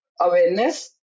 awareness